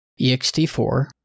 ext4